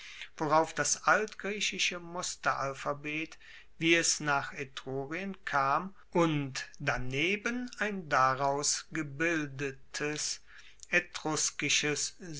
worauf das altgriechische musteralphabet wie es nach etrurien kam und daneben ein daraus gebildetes